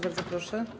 Bardzo proszę.